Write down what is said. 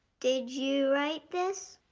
did you write this?